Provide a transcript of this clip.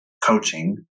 coaching